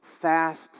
fast